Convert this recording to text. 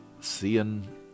seeing